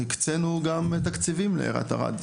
הקצנו גם תקציבים לעיריית ערד,